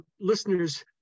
listeners